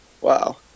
Wow